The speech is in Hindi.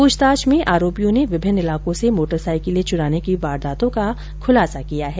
पूछताछ में आरोपियों ने विभिन्न इलाकों से मोटर साइकिलें चुराने की वारदातों का खुलासा किया है